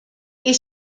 est